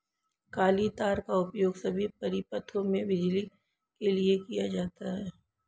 काली तार का उपयोग सभी परिपथों में बिजली के लिए किया जाता है